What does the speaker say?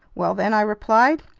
well then, i replied,